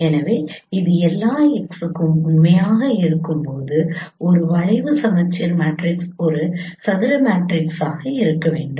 எனவே அது எல்லா X க்கும் உண்மையாக இருக்கும்போது ஒரு வளைவு சமச்சீர் மேட்ரிக்ஸ் ஒரு சதுர மேட்ரிக்ஸாக இருக்க வேண்டும்